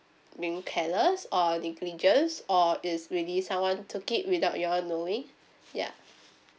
being careless or negligence or it's really someone took it without you all knowing ya